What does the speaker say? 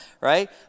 right